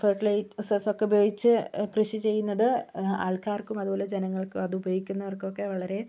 floodlight റിസെർസൊക്കെ ഉപയോഗിച്ച് കൃഷി ചെയുന്നത് ആൾക്കാർക്കും അതുപോലെ ജനങ്ങൾക്കും അതുപയോഗിക്കുന്നവർക്കും ഒക്കെ വളരെ